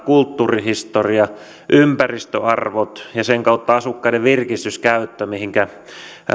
kulttuurihistoria ympäristöarvot ja sen kautta asukkaiden virkistyskäyttö mihinkä